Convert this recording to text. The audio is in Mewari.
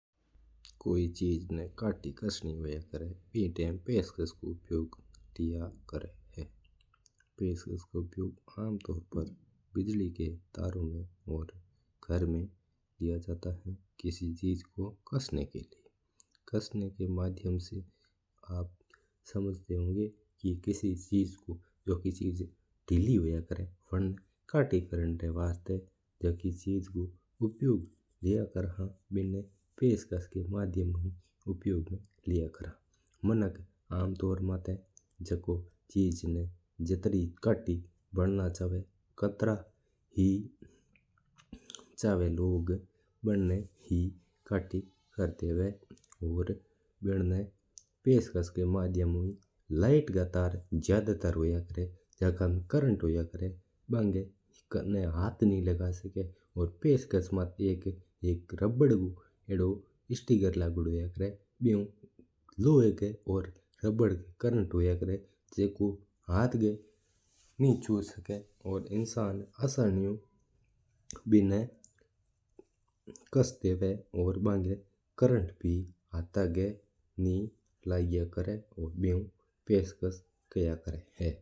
कोई चीज ना खाति कसनी हुआ जड़ पेंचकस रो उपयोग करा है। पेंचकस रो उपयोग घर में और बिजली रा खंभा में हुआ है। कस्बा ना आप समझता होला कि झाकी चीज ढीली हुआ नी बिना खाती करो हुआ तो बा उपयोग करा है। मिनक यात्री चीज ना खाती करो चावा उत्ति बा चीज खाति हो जावा है और पेंचकस का माध्यम हो ही लाईट रा ता ज्यादा कस्या करा है।